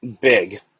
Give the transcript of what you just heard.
Big